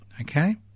okay